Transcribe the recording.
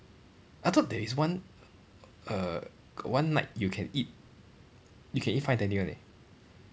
I thought there is one err got one night you can eat you can eat fine dining [one] eh